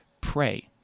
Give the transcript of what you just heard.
Pray